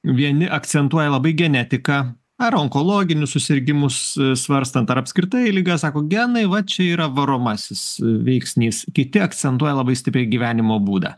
vieni akcentuoja labai genetiką ar onkologinius susirgimus svarstant ar apskritai ligas sako genai va čia yra varomasis veiksnys kiti akcentuoja labai stipriai gyvenimo būdą